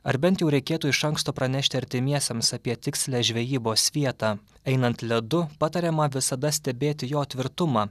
ar bent jau reikėtų iš anksto pranešti artimiesiems apie tikslią žvejybos vietą einant ledu patariama visada stebėti jo tvirtumą